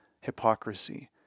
hypocrisy